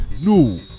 No